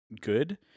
good